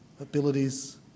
abilities